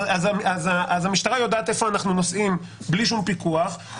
אז המשטרה יודעת איפה אנחנו נוסעים בלי שום פיקוח,